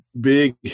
big